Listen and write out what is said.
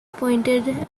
pointed